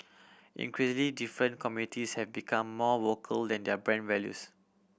increasingly different communities have become more vocal than their brand values